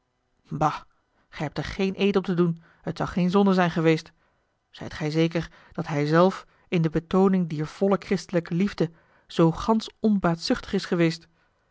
bah gij hebt er geen eed op te doen het zou geene zonde zijn geweest zijt gij zeker dat hij zelf in de betooning dier volle christelijke liefde zoo gansch onbaatzuchtig is geweest